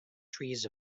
trees